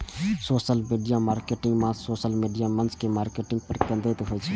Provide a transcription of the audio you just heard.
social media marketing मात्र social media मंच के मार्केटिंग पर केंद्रित होइ छै